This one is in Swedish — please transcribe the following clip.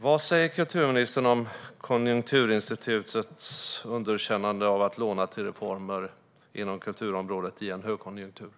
Vad säger kulturministern om Konjunkturinstitutets underkännande av man lånar till reformer inom kulturområdet i högkonjunktur?